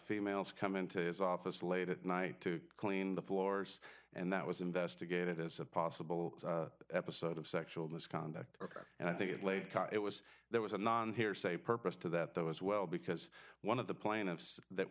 females come into his office late at night to clean the floors and that was investigated as a possible episode of sexual misconduct and i think it laid it was there was a non hearsay purpose to that though as well because one of the pla